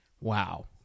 Wow